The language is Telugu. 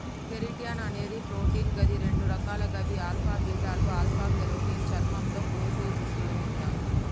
కెరటిన్ అనేది ప్రోటీన్ గది రెండు రకాలు గవి ఆల్ఫా, బీటాలు ఆల్ఫ కెరోటిన్ చర్మంలో, గోర్లు, జుట్టులో వుంటది